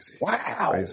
Wow